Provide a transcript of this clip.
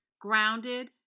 grounded